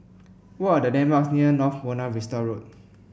what are the landmarks near North Buona Vista Road